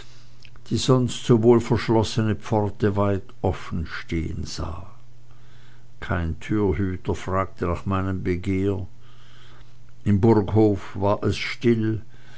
die sonst so wohlverschlossene pforte offenstehen sah kein türhüter fragte nach meinem begehr im burghof war es still